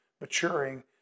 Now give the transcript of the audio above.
maturing